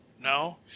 No